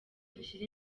dushyire